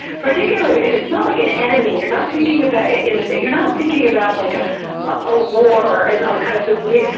particularly because it's not like an enemy. you're not thinking about it, that that you're not thinking about like a ah ah war and like kind of the way.